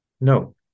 no